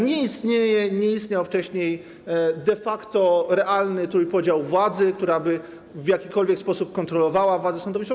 Nie istnieje i nie istniał wcześniej de facto realny trójpodział władzy, tak by w jakikolwiek sposób kontrolowana była władza sądownicza.